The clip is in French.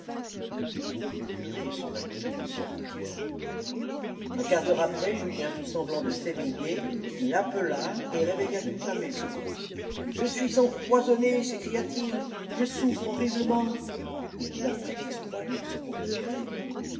le curé et son acolyte sortirent un quart d'heure après julien fit semblant de s'éveiller il appela et réveilla toute la maison je suis empoisonné s'écriait-il je souffre horriblement il voulait un prétexte pour aller au secours de geronimo